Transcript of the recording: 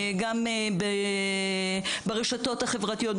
גם ברשתות החברתיות,